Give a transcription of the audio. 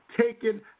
taken